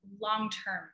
long-term